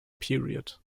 period